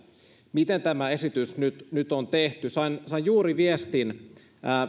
miten tämä esitys nyt nyt on tehty sain juuri viestin